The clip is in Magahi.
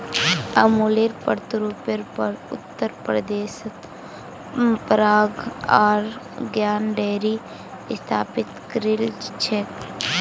अमुलेर प्रतिरुपेर पर उत्तर प्रदेशत पराग आर ज्ञान डेरी स्थापित करील छेक